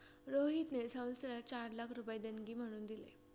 रोहितने संस्थेला चार लाख रुपये देणगी म्हणून दिले